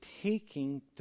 taking